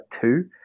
two